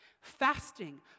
Fasting